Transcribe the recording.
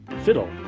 Fiddle